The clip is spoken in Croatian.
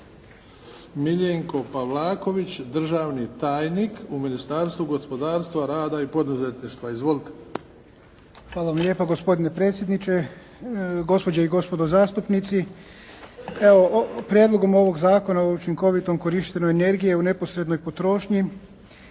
Miljenko Pavlaković, državni tajnik u Ministarstvu gospodarstva, rada i poduzetništva. Izvolite. **Pavlaković, Miljenko** Hvala vam lijepa gospodine predsjedniče, gospođe i gospodo zastupnici. Evo, prijedlogom ovog zakona o učinkovitom korištenju energije u neposrednoj potrošnji,